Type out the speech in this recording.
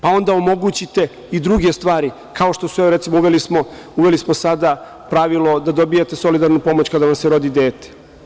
Pa, onda omogućite, kao što su, evo recimo, uveli smo sada pravilo da dobijate solidarnu pomoć kada vam se rodi dete.